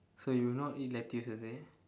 so you would not eat lettuce you say